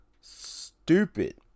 stupid